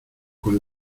con